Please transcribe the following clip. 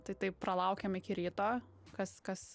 tai taip pralaukėm iki ryto kas kas